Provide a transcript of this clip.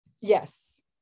yes